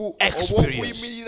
experience